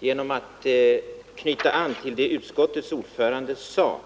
genom att knyta an till vad utskottets ordförande sade.